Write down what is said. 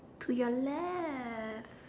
to your left